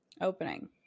Opening